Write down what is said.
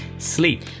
Sleep